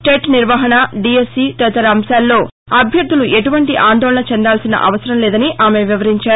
TET నిర్వహణ DSC తదితర అంశాల్లో అభ్యర్గులు ఎటువంటి ఆందోళన చెందాల్సిన అవసరం లేదని చెప్పారు